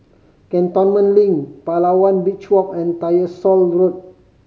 Cantonment Link Palawan Beach Walk and Tyersall Road